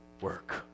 work